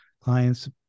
clients